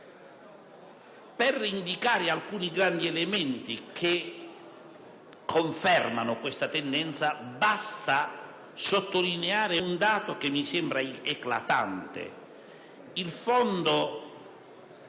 Per indicare alcuni grandi elementi che confermano questa tendenza basta sottolineare un dato che mi sembra eclatante.